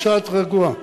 קצת רגוע.